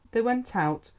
they went out,